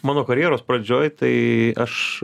mano karjeros pradžioj tai aš